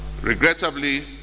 Regrettably